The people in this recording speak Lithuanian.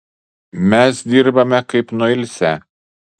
mes dirbame kaip nuilsę